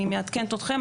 אני מעדכנת אתכם,